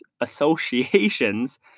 associations